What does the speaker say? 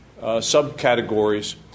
subcategories